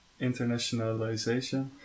internationalization